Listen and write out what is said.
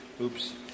Oops